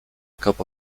cup